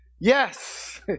Yes